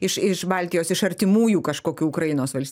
iš iš baltijos iš artimųjų kažkokių ukrainos vals